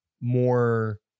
more